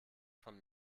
von